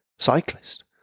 cyclist